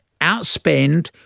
outspend